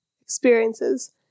experiences